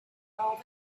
all